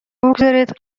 بگذارید